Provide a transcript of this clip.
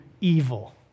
evil